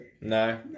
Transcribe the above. No